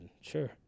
Sure